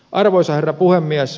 arvoisa herra puhemies